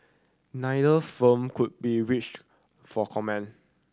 neither firm could be reached for comment